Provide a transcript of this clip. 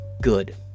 good